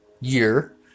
year